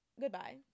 Goodbye